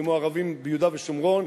כמו ערבים ביהודה ושומרון,